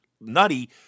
nutty